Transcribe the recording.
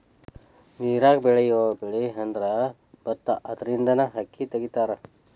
ನೇರಾಗ ಬೆಳಿಯುವ ಬೆಳಿಅಂದ್ರ ಬತ್ತಾ ಅದರಿಂದನ ಅಕ್ಕಿ ತಗಿತಾರ